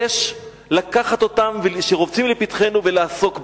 שיש לקחת אותם ולעסוק בהם.